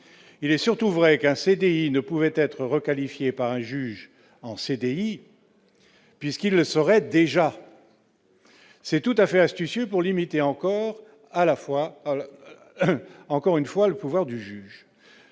il est surtout vrai qu'un CDI ne pouvait être requalifiée par un juge en CDI, puisqu'il ne saurait déjà, c'est tout à fait astucieux pour limiter encore à la fois, encore une